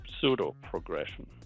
pseudo-progression